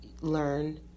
learn